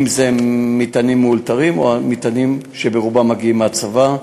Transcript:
אם מטענים מאולתרים או מטענים שרובם מגיעים מהצבא.